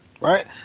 right